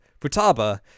Futaba